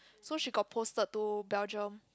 so she got posted to Belgium